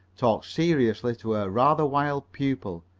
talked seriously to her rather wild pupil,